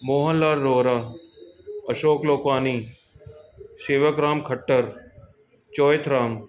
Mohan Lal Rohra Ashok Lokwani Shewak Ram Khatar Choith Ram